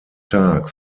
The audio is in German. tag